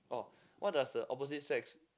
orh what does the opposite sex